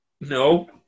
No